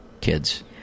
kids